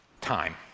Time